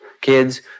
Kids